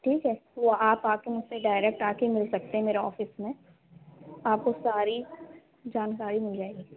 ٹھیک ہے وہ آپ آ کے مجھ سے ڈائریکٹ آ کے مل سکتے ہیں میرے آفس میں آپ کو ساری جانکاری مل جائے گی